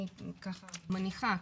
אני ככה מניחה,